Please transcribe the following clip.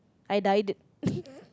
I died